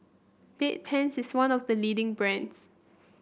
Bedpans is one of the leading brands